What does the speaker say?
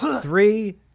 Three